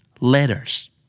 letters